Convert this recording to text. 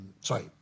Sorry